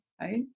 right